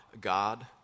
God